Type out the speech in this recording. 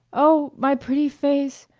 oh, my pretty face!